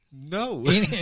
No